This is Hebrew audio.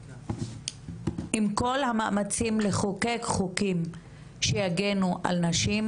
כל המאמצים לחוקק חוקים שיגנו על נשים,